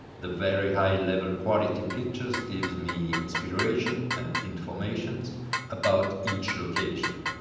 the very high level quality pictures gives me inspiration and informations about each location.